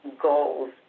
goals